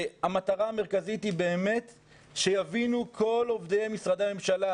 המטרה המרכזית היא שיבינו כל עובדי משרדי הממשלה